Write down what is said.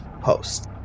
post